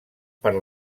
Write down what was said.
per